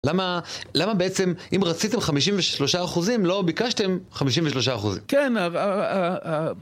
למה, למה בעצם, אם רציתם 53 אחוזים, לא ביקשתם 53 אחוזים? כן, אה...